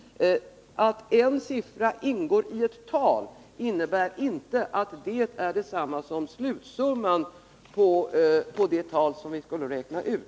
Att en siffra ingår i ett talinnebär inte att det är detsamma som slutsumman för vad vi skulle räkna ut.